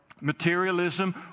materialism